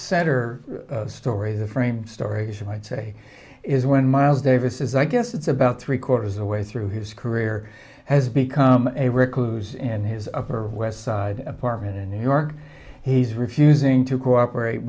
center story the frame stories you might say is when miles davis is i guess it's about three quarters away through his career has become a recluse and his upper west side apartment in new york he's refusing to cooperate